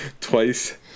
twice